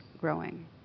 growing